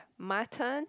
my turn